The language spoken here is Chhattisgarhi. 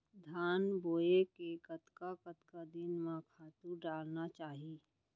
धान बोए के कतका कतका दिन म खातू डालना चाही?